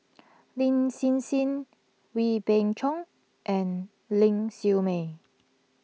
Lin Hsin Hsin Wee Beng Chong and Ling Siew May